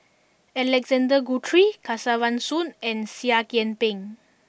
Alexander Guthrie Kesavan Soon and Seah Kian Peng